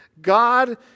God